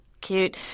cute